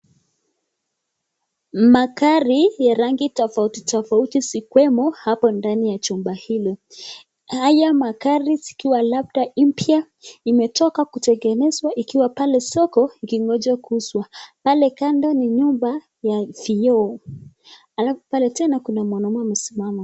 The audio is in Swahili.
Magari ya rangi tofautitofauti zikiwemo hapo ndani ya chumba hili, haya magari ikiwa labda mpya imetoka kutengenezwa ikiwa pale soko, ikingoja kuuza, pale kando ni nyumba vioo, alafu pale tena kuna mwanume amesimama.